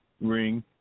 ring